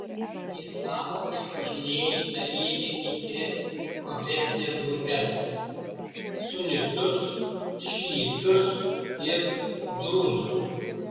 islamo išpažinėjai dalijami į tris konfesines grupes sunitus šiitus ir drūzus